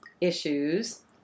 Issues